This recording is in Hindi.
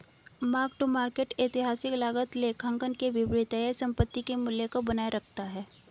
मार्क टू मार्केट ऐतिहासिक लागत लेखांकन के विपरीत है यह संपत्ति के मूल्य को बनाए रखता है